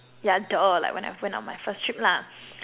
yeah !duh! like when I went on my first trip lah